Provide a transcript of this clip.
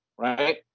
right